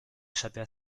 échapper